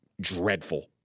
dreadful